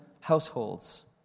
households